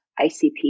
ICP